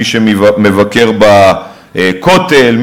מי שמבקר בכותל,